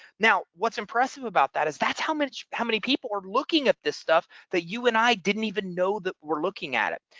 now what's impressive about that is that's how much how many people were looking at this stuff that you and i didn't even know that we're looking at it.